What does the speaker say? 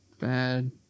Bad